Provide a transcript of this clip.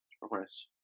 progress